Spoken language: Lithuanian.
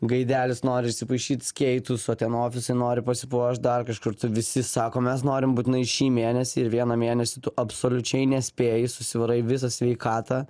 gaidelis norisi išsipaišyt skeitus o ten ofisai nori pasipuošt dar kažkur tai visi sako mes norim būtinai šį mėnesį ir vieną mėnesį tu absoliučiai nespėji susivarai visą sveikatą